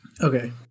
okay